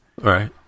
Right